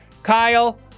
Kyle